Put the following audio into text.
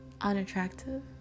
unattractive